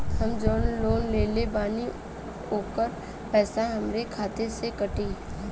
हम जवन लोन लेले बानी होकर पैसा हमरे खाते से कटी?